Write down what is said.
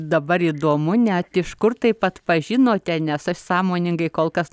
dabar įdomu net iš kur taip pat atpažinote nes aš sąmoningai kol kas